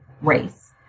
race